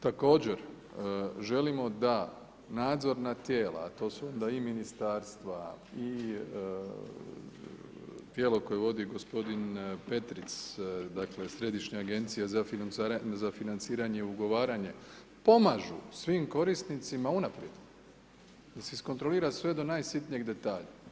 Također, želimo da nadzorna tijela, a to su da i ministarstva i tijelo koje vodi gospodin Petriks dakle, središnja agencija za financiranje i ugovaranje, pomažu svim korisnicima unaprijed da se iskontrolira sve do najsitnijih detalja.